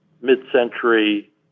mid-century